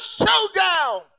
showdown